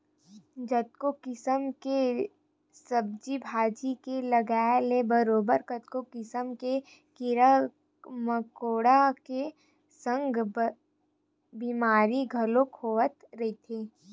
कतको किसम के सब्जी भाजी के लगे ले बरोबर कतको किसम के कीरा मकोरा के संग बेमारी घलो होवत रहिथे